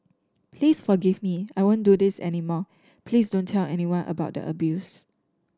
please forgive me I won't do this any more please don't tell anyone about the abuse